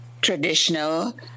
traditional